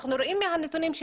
אנחנו רואים את הנתונים,